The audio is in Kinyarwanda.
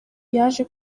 yaje